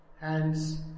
hands